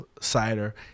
cider